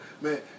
Man